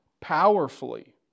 powerfully